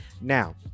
now